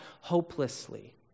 hopelessly